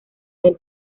del